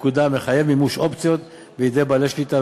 לפקודה המחייב מימוש אופציות בידי בעלי שליטה,